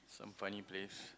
some funny place